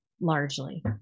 largely